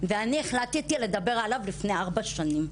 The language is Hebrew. ואני החלטתי לדבר עליו לפני ארבע שנים.